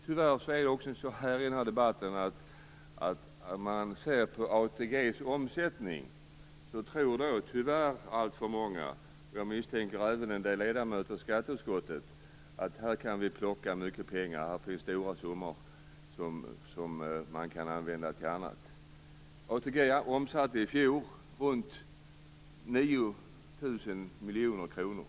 Tyvärr är det många - och jag tror även att det gäller en del ledamöter i skatteutskottet - som ser på ATG:s omsättning som en möjlighet att plocka in mycket pengar, att man därifrån kan få stora summor som kan användas till annat. ATG omsatte i fjol runt 9 000 miljoner kronor.